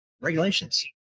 regulations